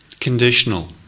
conditional